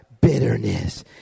Bitterness